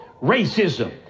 racism